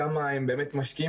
כמה הם באמת משקיעים